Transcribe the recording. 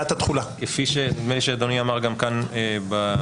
כפי שנדמה לי שאדוני אמר גם כן בישיבה,